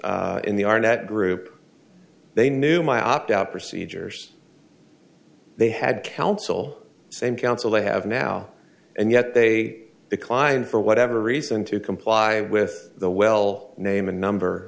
s in the arnett group they knew my opt out procedures they had counsel same counsel they have now and yet they declined for whatever reason to comply with the well name and number